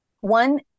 One